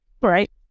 Right